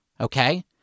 Okay